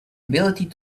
ability